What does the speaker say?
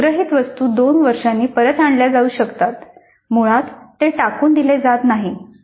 संग्रहित वस्तू दोन वर्षांनी परत आणल्या जाऊ शकतात मुळात ते टाकून दिले जात नाहीत